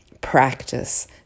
practice